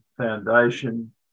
foundation